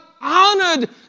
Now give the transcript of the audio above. honored